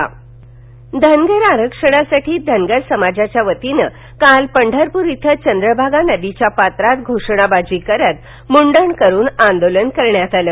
धनगर समाजाचं मुंडन आंदोलन धनगर आरक्षणासाठी धनगर समाजाच्या वतीनं काल पंढरपूर इथं चंद्रभागा नदीच्या पात्रात घोषणाबाजी करीत मुंडण करून आंदोलन करण्यात आलं